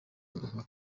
nka